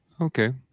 okay